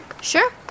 Sure